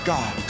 God